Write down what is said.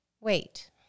wait